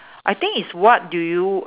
I think is what do you